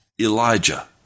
Elijah